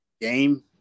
game